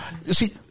See